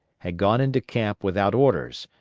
had gone into camp without orders,